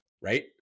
right